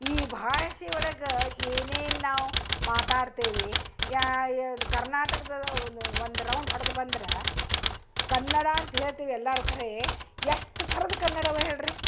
ಈ ಭಾಷೆ ಒಳಗೆ ಏನೇನು ನಾವು ಮಾತಾಡ್ತೇವೆ ಅದು ಕರ್ನಾಟಕದ ಒಂದು ರೌಂಡ್ ಹೊಡ್ದು ಬಂದ್ರೆ ಕನ್ನಡ ಅಂತ ಹೇಳ್ತೀವಿ ಎಲ್ಲರೂ ಖರೆ ಎಷ್ಟು ಥರದ ಕನ್ನಡ ಇವೆ ಹೇಳಿರಿ